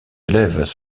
élèves